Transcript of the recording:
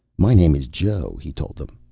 my name is joe, he told them.